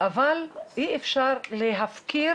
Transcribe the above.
אבל אי אפשר להפקיר